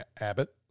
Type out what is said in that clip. Abbott